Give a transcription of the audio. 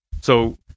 So-